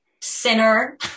sinner